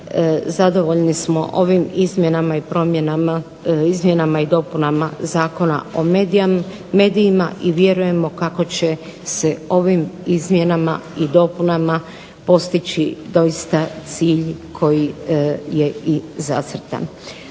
i promjenama, izmjenama i dopunama Zakona o medijima, i vjerujemo kako će se ovim izmjenama i dopunama postići doista cilj koji je i zacrtan.